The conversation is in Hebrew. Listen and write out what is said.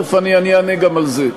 תכף אני אענה גם על זה.